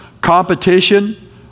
competition